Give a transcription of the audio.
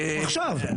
עכשיו.